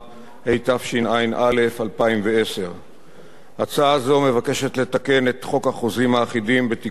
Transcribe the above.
התשע"א 2010. הצעה זו מבקשת לתקן את חוק החוזים האחידים בתיקונים שונים